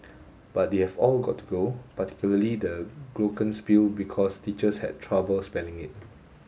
but they have all got to go particularly the glockenspiel because teachers had troubles spelling it